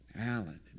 Alan